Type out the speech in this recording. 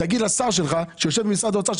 תגיד לשר שלך שיושב במשרד האוצר,